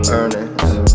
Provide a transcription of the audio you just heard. earnings